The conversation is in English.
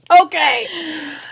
Okay